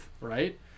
right